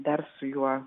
dar su juo